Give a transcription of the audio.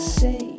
say